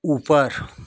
ऊपर